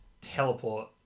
teleport